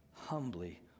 humbly